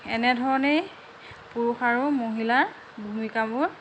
এনেধৰণেই পুৰুষ আৰু মহিলাৰ ভূমিকাবোৰ